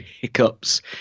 hiccups